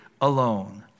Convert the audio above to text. alone